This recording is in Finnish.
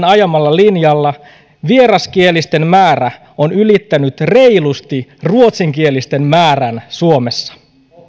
ajamalla linjalla vieraskielisten määrä on ylittänyt reilusti ruotsinkielisten määrän suomessa